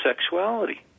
sexuality